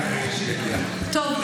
טוב,